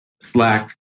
Slack